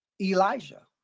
Elijah